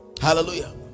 Hallelujah